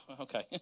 Okay